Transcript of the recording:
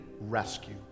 rescue